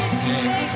six